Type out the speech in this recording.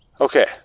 okay